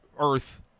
earth